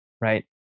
right